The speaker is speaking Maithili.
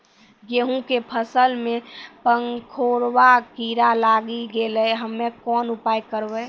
गेहूँ के फसल मे पंखोरवा कीड़ा लागी गैलै हम्मे कोन उपाय करबै?